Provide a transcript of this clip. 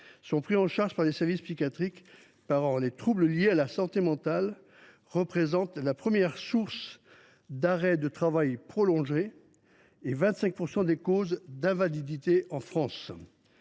sont pris en charge par les services psychiatriques. Les troubles liés à la santé mentale représentent la première source d’arrêt de travail prolongé et 25 % des causes d’invalidité en France.